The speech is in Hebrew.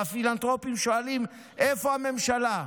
והפילנתרופים שואלים: איפה הממשלה?